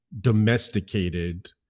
domesticated